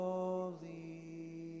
Holy